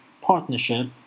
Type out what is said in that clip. Partnership